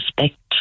respect